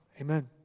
Amen